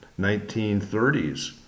1930s